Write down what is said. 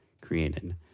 created